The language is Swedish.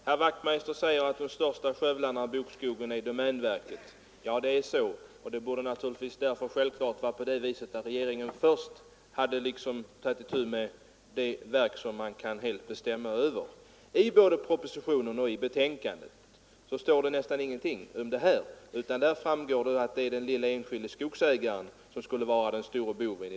Herr talman! Herr Wachtmeister i Johannishus säger att den största skövlaren av bokskogen är domänverket. Ja, det är så. Därför borde regeringen självklart först ha tagit itu med det verk som regeringen helt kan bestämma över. I propositionen och i betänkandet står nästan ingenting om detta. Där framstår i stället den lille enskilde skogsägaren som den stora boven.